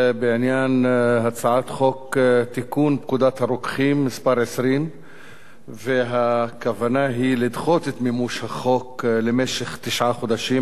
בעניין הצעת חוק לתיקון פקודת הרוקחים (מס' 20). הכוונה היא לדחות את מימוש החוק למשך תשעה חודשים,